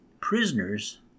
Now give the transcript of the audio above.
prisoners